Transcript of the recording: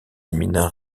éminents